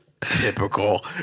Typical